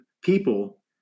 people